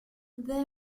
there